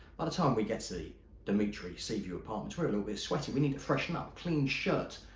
by the time we get to the dimitri seaview apartments, we're a little bit sweaty, we need to freshen up. clean shirt,